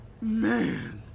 man